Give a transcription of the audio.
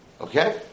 Okay